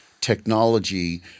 technology